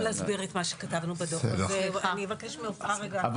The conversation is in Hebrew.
אני רוצה שעפרה תתייחס.